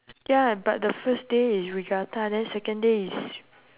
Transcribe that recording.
ya but the first day is regatta then second day is